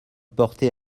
porté